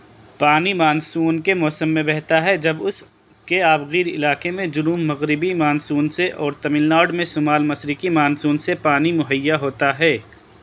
پانی مانسون کے موسم میں بہتا ہے جب اس کے آب گیر علاقے میں جنوب مغربی مانسون سے اور تمل ناڈ میں شمال مشرقی مانسون سے پانی مہیا ہوتا ہے